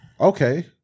Okay